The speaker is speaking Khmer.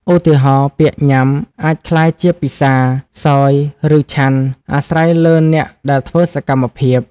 ឧទាហរណ៍ ពាក្យ ញ៉ាំ អាចក្លាយជា ពិសា សោយ ឬ ឆាន់ អាស្រ័យលើអ្នកដែលធ្វើសកម្មភាព។